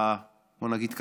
בוא נגיד כך,